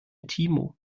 timo